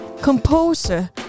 Composer